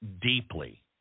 deeply